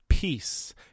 Peace